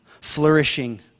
flourishing